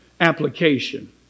application